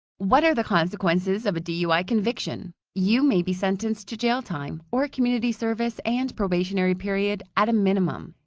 what are the consecuences of a dui conviction? you may be sentenced to jail time, or community service and probationary period at a minimum.